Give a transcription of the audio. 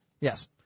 Yes